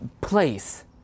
place